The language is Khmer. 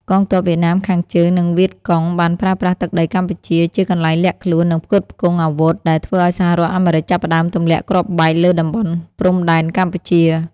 កងទ័ពវៀតណាមខាងជើង និងវៀតកុងបានប្រើប្រាស់ទឹកដីកម្ពុជាជាកន្លែងលាក់ខ្លួន និងផ្គត់ផ្គង់អាវុធ ដែលធ្វើឱ្យសហរដ្ឋអាមេរិកចាប់ផ្តើមទម្លាក់គ្រាប់បែកលើតំបន់ព្រំដែនកម្ពុជា។